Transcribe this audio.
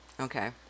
okay